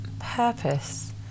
purpose